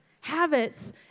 habits